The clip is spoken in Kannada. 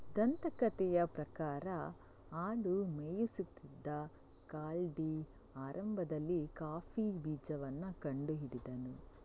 ದಂತಕಥೆಯ ಪ್ರಕಾರ ಆಡು ಮೇಯಿಸುತ್ತಿದ್ದ ಕಾಲ್ಡಿ ಆರಂಭದಲ್ಲಿ ಕಾಫಿ ಬೀಜವನ್ನ ಕಂಡು ಹಿಡಿದನು